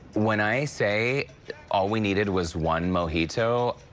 when i say all we needed was one mojito,